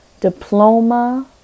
diploma